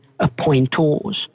appointors